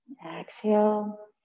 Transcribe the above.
Exhale